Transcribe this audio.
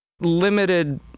limited